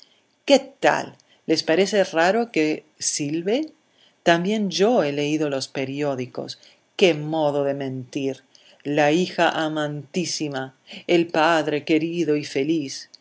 qué tal les parece raro que silbe también yo he leído los periódicos qué modo de mentir la hija amantísima el padre querido y feliz